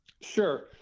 Sure